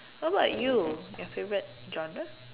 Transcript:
what about you your favourite genre